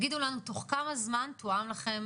הלכתי בכוח ממש עם האוצר,